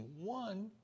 one